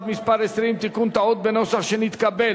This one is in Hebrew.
(מס' 20) (תיקון טעות בנוסח שנתקבל),